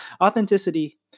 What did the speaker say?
Authenticity